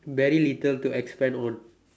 very little to expand on